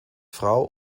frau